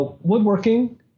woodworking